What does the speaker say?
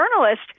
journalist